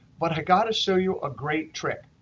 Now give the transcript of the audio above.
but i've got to show you a great trick.